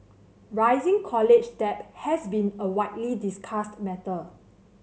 rising college debt has been a widely discussed matter